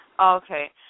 Okay